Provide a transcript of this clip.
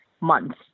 months